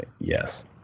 Yes